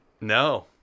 No